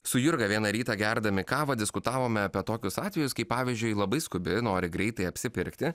su jurga vieną rytą gerdami kavą diskutavome apie tokius atvejus kai pavyzdžiui labai skubi nori greitai apsipirkti